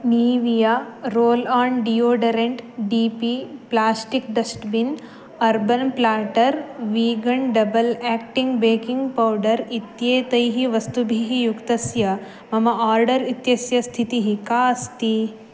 Nivea roll on deodorant D P plastic dustbin urban platter vegan double acting baking powder इत्येतैः वस्तुभिः युक्तस्य मम order इत्यस्य स्थितिः का अस्ति